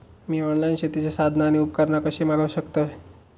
मी online शेतीची साधना आणि उपकरणा कशी मागव शकतय?